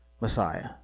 Messiah